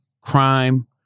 crime